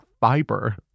fiber